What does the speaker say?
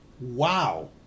Wow